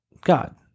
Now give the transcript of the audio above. God